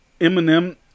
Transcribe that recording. Eminem